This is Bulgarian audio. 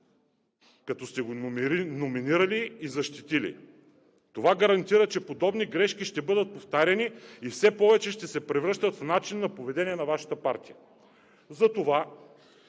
като сте го номинирали и защитили. Това гарантира, че подобни грешки ще бъдат повтаряни и все повече ще се превръщат в начин на поведение на Вашата партия.